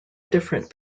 different